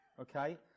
okay